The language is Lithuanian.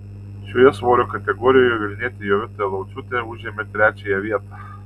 šioje svorio kategorijoje vilnietė jovita lauciūtė užėmė trečiąją vietą